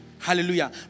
Hallelujah